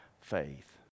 faith